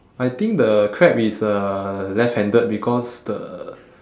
I think the crab is uh left handed because the